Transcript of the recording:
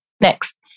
Next